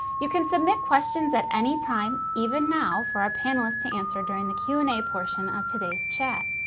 you can submit questions at any time, even now, for our panelists to answer during the q and a portion of today's chat.